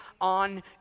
on